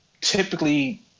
typically